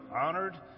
honored